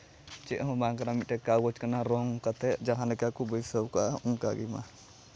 ᱪᱮᱫ ᱦᱚᱸ ᱵᱟᱝ ᱠᱟᱱᱟ ᱢᱤᱫᱴᱮᱱ ᱠᱟᱜᱚᱡᱽ ᱠᱟᱱᱟ ᱨᱚᱝ ᱠᱟᱛᱮᱫ ᱡᱟᱦᱟᱸ ᱞᱮᱠᱟ ᱠᱚ ᱵᱟᱹᱭᱥᱟᱹᱣ ᱠᱟᱜᱼᱟ ᱚᱱᱠᱟᱜᱮ ᱢᱟ